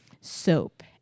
soap